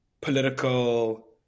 political